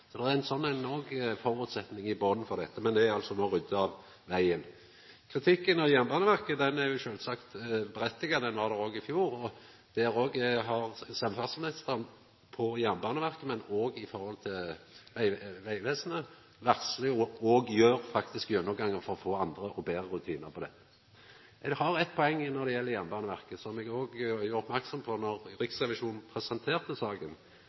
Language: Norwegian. ein føresetnad i botnen for dette, men dette er altså no rydda av vegen. Kritikken av Jernbaneverket er sjølvsagt på sin plass. Det var den òg i fjor, og samferdsleministeren har når det gjeld Jernbaneverket, men òg Vegvesenet, varsla – og har – gjennomgangar for å få andre og betre rutinar på dette. Ein har eit poeng når det gjeld Jernbaneverket, som eg òg ville gjera merksam på, då Riksrevisjonen presenterte saka,